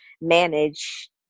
manage